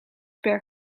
per